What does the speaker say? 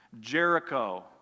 Jericho